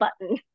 button